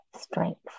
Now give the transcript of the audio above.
strength